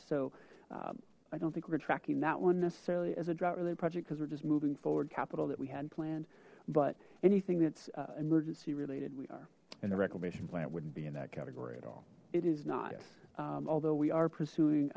so i don't think we're tracking that one necessarily as a drought relay project because we're just moving forward capital that we had planned but anything that's emergency related we are in a reclamation plant wouldn't be in that category at all it is not although we are pursuing